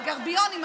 הגרביונים,